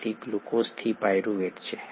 તેથી ગ્લુકોઝ થી પાયરુવેટ છે